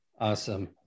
Awesome